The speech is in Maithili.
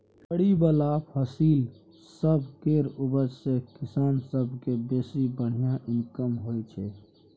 जरि बला फसिल सब केर उपज सँ किसान सब केँ बेसी बढ़िया इनकम होइ छै